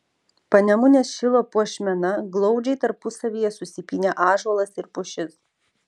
panemunės šilo puošmena glaudžiai tarpusavyje susipynę ąžuolas ir pušis